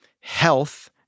health